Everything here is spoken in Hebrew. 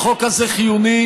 שהחוק הזה חיוני.